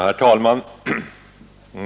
Herr talman!